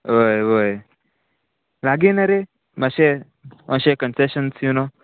वोय वोय लागीं न रे मातशें मातशें कन्सेशन्स यू नो